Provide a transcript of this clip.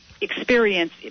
experience